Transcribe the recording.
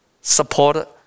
support